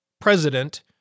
president